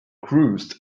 cruised